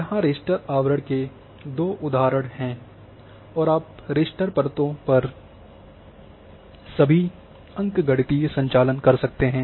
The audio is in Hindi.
यहां रास्टर आवरण के उदाहरण हैं और आप रास्टर परतों पर सभी अंकगणितीय संचालन कर सकते हैं